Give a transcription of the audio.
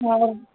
और